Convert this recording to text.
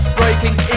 breaking